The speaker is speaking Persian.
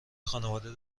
خانواده